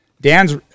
Dan's –